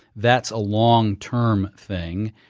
that's a long-term thing.